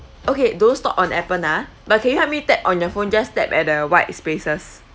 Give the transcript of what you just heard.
okay don't stop on appen ah but can you help me tap on the phone just tap at a white spaces